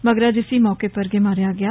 मगरा जिसी मौके पर गै मारेआ गेआ